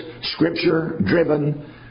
scripture-driven